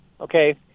Okay